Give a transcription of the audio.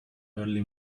early